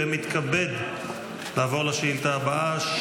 ומתכבד לעבור לשאילתה הבאה,